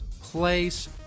place